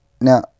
Now